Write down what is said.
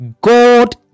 God